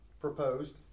Proposed